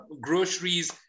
groceries